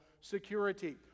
security